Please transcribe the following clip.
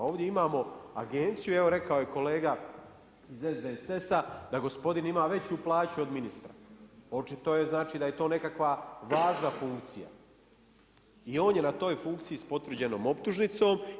A ovdje imamo agenciju, evo rekao je kolega iz SDSS-a da gospodin ima veću plaću od ministra, očito je da je to nekakva važna funkcija i on je na toj funkciji s potvrđenom optužnicom.